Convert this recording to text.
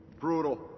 Brutal